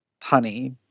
honey